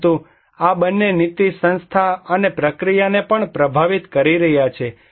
પરંતુ આ બંને નીતિ સંસ્થા અને પ્રક્રિયાને પણ પ્રભાવિત કરી રહ્યા છે